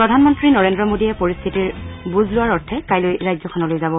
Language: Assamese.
প্ৰধানমন্ত্ৰী নৰেন্দ্ৰ মোডীয়ে পৰিস্থিতিৰ বুজ লোৱাৰ অৰ্থে কাইলৈ ৰাজ্যখনলৈ যাব